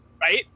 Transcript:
right